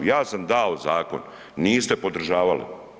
Ja sam dao zakon, niste podržavali.